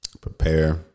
Prepare